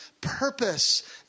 purpose